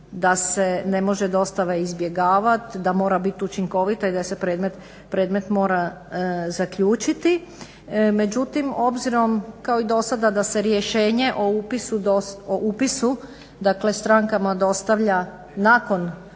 da se ne može dostava izbjegavati, da mora biti učinkovita i da se predmet mora zaključiti. Međutim, obzirom kao i dosada da se rješenje o upisu dakle strankama dostavlja nakon